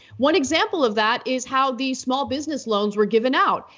one example of that is how the small business loans were given out.